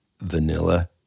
vanilla